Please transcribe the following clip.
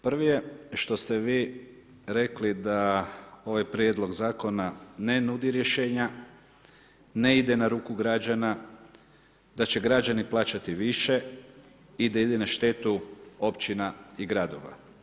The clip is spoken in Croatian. Prvi je što ste vi rekli da ovaj prijedlog zakona ne nudi rješenja, ne ide na ruku građana, da će građani plaćati više i da ide na štetu općina i gradova.